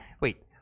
Wait